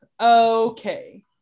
Okay